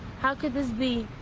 how could this be?